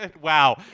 Wow